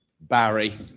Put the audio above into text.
Barry